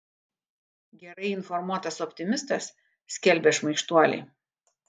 gerai informuotas optimistas skelbia šmaikštuoliai